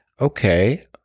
okay